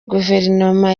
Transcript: guverinoma